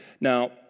Now